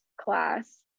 class